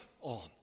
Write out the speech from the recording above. on